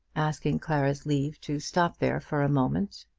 asking clara's leave to stop there for a moment.